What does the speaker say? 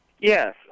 Yes